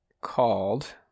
called